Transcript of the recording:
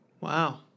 Wow